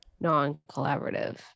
non-collaborative